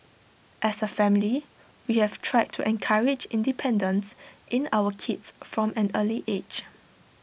as A family we have tried to encourage independence in our kids from an early age